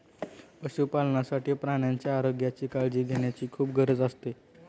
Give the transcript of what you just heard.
पशुपालनासाठी प्राण्यांच्या आरोग्याची काळजी घेण्याची खूप गरज असते